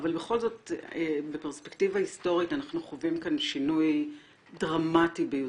אבל בכל זאת בפרספקטיבה היסטורית אנחנו חווים כאן שינוי דרמטי ביותר.